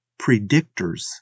predictors